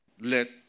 Let